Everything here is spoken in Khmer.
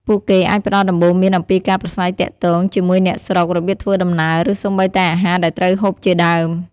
ពួកគេអាចផ្ដល់ដំបូន្មានអំពីការប្រាស្រ័យទាក់ទងជាមួយអ្នកស្រុក របៀបធ្វើដំណើរ ឬសូម្បីតែអាហារដែលត្រូវហូបជាដើម ។